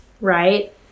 right